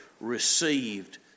received